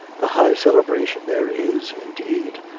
the high celebration there is, indeed,